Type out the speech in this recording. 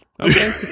Okay